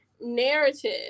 narrative